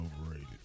overrated